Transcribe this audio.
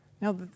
Now